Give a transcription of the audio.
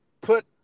put